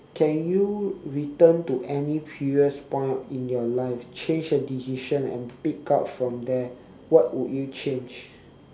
can you return to any previous point in your life change a decision and pick up from there what would you change